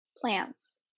plants